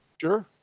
Sure